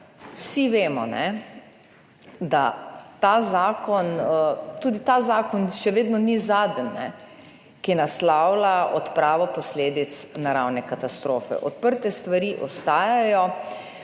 vsi vemo, da ta zakon, tudi ta zakon še vedno ni zadnji, ki naslavlja odpravo posledic naravne katastrofe. Odprte stvari ostajajo.